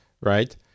right